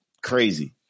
crazy